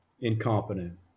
incompetent